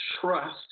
trust